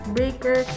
Breaker